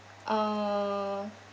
uh